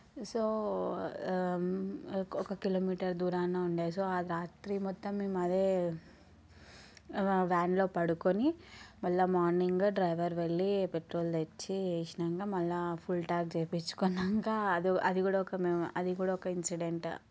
so ఒక kilometre దూరాన ఉండే అది సో ఆ రాత్రి మొత్తం మేము అదే వ్యాన్లో పడుకొని మళ్ళీ మార్నింగ్ డ్రైవర్ వెళ్ళి పెట్రోల్ తెచ్చి చేసినాక మళ్ళీ ఫుల్ ట్యాంక్ చేపించుకున్నాక అది అది కూడా ఒక మెమొరబుల్ అది కూడా ఒక ఇన్సిడెంట్